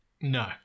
No